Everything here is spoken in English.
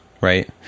right